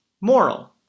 moral